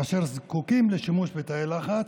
אשר זקוקים לשימוש בתאי לחץ,